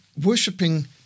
worshipping